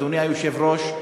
אדוני היושב-ראש,